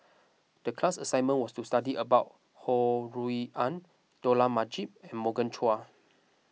the class assignment was to study about Ho Rui An Dollah Majid and Morgan Chua